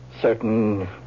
certain